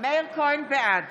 בעד